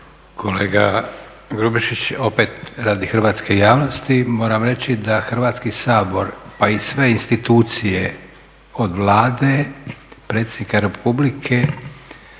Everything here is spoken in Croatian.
Kolega Grubišić, opet radi hrvatske javnosti moram reći da Hrvatski sabor pa i sve institucije od Vlade, predsjednika Republike